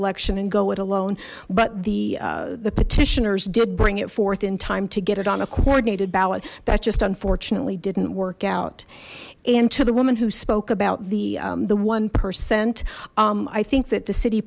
election and go it alone but the the petitioners did bring it forth in time to get it on a coordinated ballot that just unfortunately didn't work out and to the woman who spoke about the the one percent i think that the city